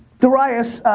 darius,